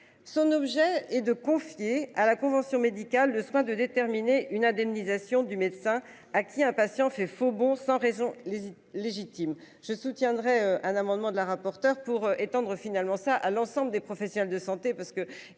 son objet, et de confier à la convention médicale le soin de déterminer une indemnisation du médecin à qui impatient fait faux bond sans raison légitime. Je soutiendrai un amendement de la rapporteure pour étendre finalement ça à l'ensemble des professionnels de santé parce que